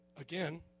again